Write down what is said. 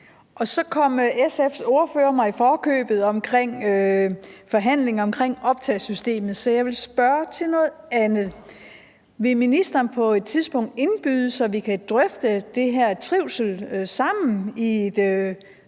Så kom SF's ordfører mig i forkøbet omkring forhandlingerne om optagesystemet, så jeg vil spørge til noget andet. Vil ministeren på et tidspunkt indbyde os til sammen at drøfte det her om trivsel i et